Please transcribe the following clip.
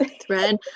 thread